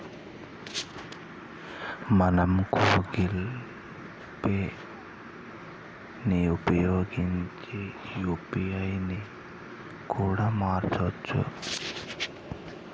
మనం Google Pay ని ఉపయోగించి యూ.పీ.ఐ పిన్ ని కూడా మార్చుకోవచ్చు